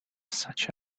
such